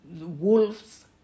wolves